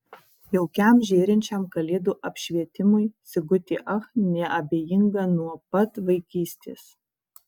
jaukiam žėrinčiam kalėdų apšvietimui sigutė ach neabejinga nuo pat vaikystės